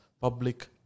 public